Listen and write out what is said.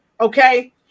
okay